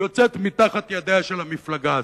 יוצאת מתחת ידיה של המפלגה הזאת.